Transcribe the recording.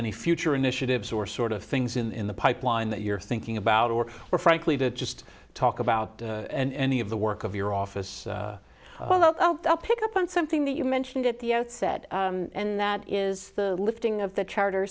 any future initiatives or sort of things in the pipeline that you're thinking about or we're frankly to just talk about any of the work of your office pick up on something that you mentioned at the outset and that is the lifting of the charter